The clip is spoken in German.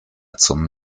zum